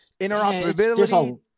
interoperability